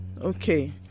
okay